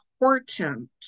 important